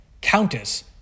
Countess